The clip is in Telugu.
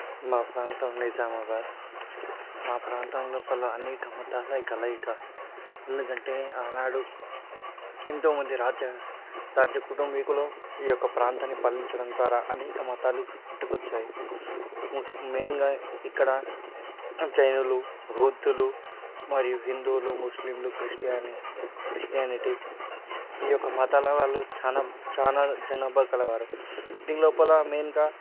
మా ప్రాంతం నిజామాబాద్ మా ప్రాంతం లోపల అనేక మతాల కలయిక ఎందుకంటే ఆనాడు ఎంతోమంది రాజ్య రాజ్య కుటుంబీకులు ఈ యొక్క ప్రాంతాన్ని పాలించడం ద్వారా అనేక మతాలు పుట్టుకొచ్చాయి ముస్కు మెయిన్గా ఇక్కడ జైనులు బౌద్ధులు మరియు హిందువులు ముస్లింలు క్రిస్టియని క్రిస్టియానిటీ ఈ యొక్క మతాల వాళ్ళు చాలా చాలా జనాభా కలవారు దీని లోపల మెయిన్గా